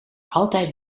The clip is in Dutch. altijd